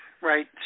Right